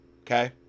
Okay